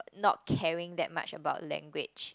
not caring that much about language